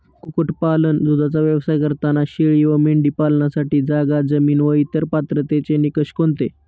कुक्कुटपालन, दूधाचा व्यवसाय करताना शेळी व मेंढी पालनासाठी जागा, जमीन व इतर पात्रतेचे निकष कोणते?